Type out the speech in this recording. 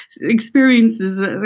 experiences